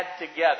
together